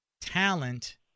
talent